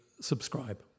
subscribe